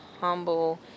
humble